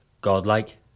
godlike